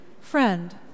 Friend